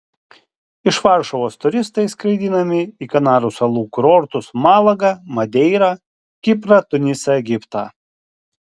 iš varšuvos turistai skraidinami į kanarų salų kurortus malagą madeirą kiprą tunisą egiptą